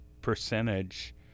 percentage